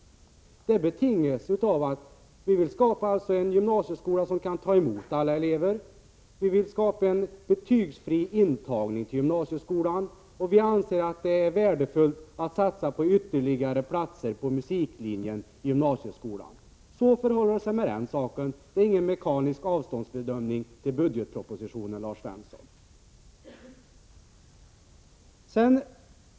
Vi vill skapa en gymnasieskola som kan ta emot alla elever. Vi vill skapa en betygsfri intagning till gymnasieskolan, och vi anser att det är värdefullt att satsa på ytterligare platser på musiklinjen i gymnasieskolan. Så förhåller det sig med den saken. Det är inte fråga om någon mekanisk avståndsbedömning gentemot budgetpropositionen, Lars Svensson.